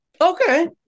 Okay